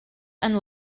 and